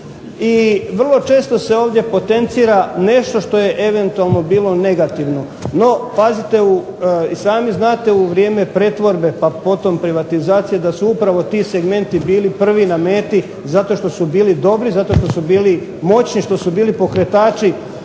i vrlo često se ovdje potencira nešto što je eventualno bilo negativno. No, pazite i sami znate u vrijeme pretvorbe, pa potom privatizacije da su upravo ti segmenti bili prvi na meti zato što su bili dobri, zato što su bili moćni, što su bili pokretači